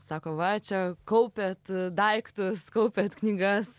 sako va čia kaupiat daiktus kaupiat knygas